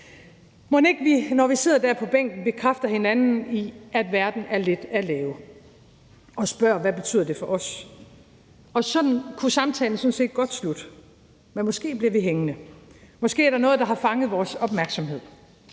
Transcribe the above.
Mon ikke vi, når vi sidder der på bænken, også bekræfter hinanden i, at verden er lidt af lave, og spørger, hvad det betyder for os? Og sådan kunne samtalen sådan set godt slutte, men måske bliver vi hængende. Måske er der noget, der har fanget vores opmærksomhed,